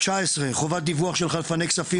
הסתייגות 19: "חובת דיווח של חלפני כספים